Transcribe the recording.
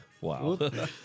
Wow